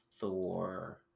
Thor